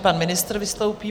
Pan ministr vystoupí.